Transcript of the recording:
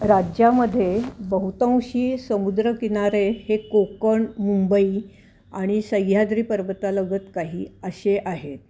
राज्यामध्ये बहुतांशी समुद्रकिनारे हे कोकण मुंबई आणि सह्याद्री पर्वतालगत काही असे आहेत